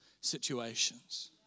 situations